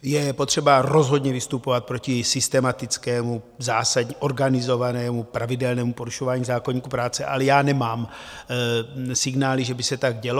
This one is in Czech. Je potřeba rozhodně vystupovat proti systematickému organizovanému pravidelnému porušování zákoníku práce, ale já nemám signály, že by se tak dělo.